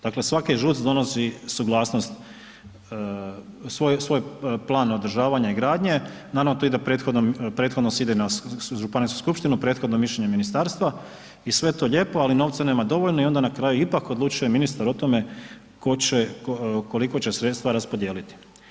Dakle, svaki ŽUC donosi suglasnost, svoj plan održavanja i gradnje, naravno to ide prethodno, prethodno se ide na županijsku skupštinu, prethodno je mišljenje ministarstva i sve je to lijepo, ali novca nema dovoljno i onda na kraju ipak odlučuje ministar o tome tko će, koliko će sredstava raspodijeliti.